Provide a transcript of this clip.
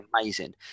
amazing